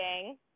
gang